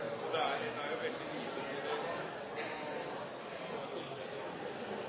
og dette er